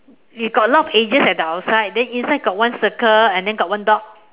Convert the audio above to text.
we got a lot edges at the outside then inside got one circle and then got one dot